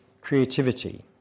creativity